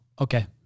Okay